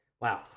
Wow